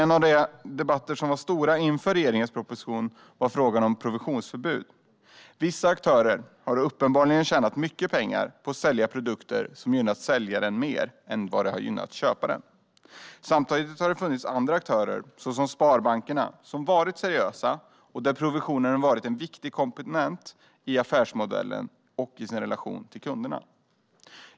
En av de debatter som var stora inför regeringens proposition var frågan om provisionsförbud. Vissa aktörer har uppenbarligen tjänat mycket pengar på att sälja produkter som har gynnat säljaren mer än vad de har gynnat köparen. Samtidigt har det funnits andra aktörer, såsom sparbankerna, som varit seriösa och för vilka provisionen har varit ett viktigt komplement i affärsmodellen och i relationen till kunderna.